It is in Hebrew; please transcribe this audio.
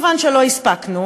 מכיוון שלא הספקנו,